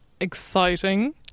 exciting